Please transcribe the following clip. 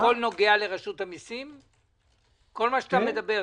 מה שאתה מדבר?